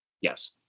Yes